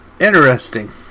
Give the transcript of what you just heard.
Interesting